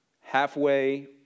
halfway